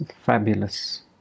Fabulous